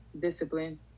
discipline